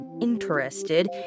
interested